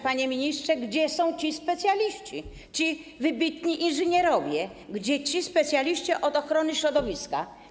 panie ministrze: Gdzie są ci specjaliści, ci wybitni inżynierowie, gdzie ci specjaliści od ochrony środowiska?